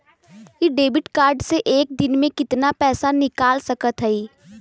इ debit card से एक दिन मे कितना पैसा निकाल सकत हई?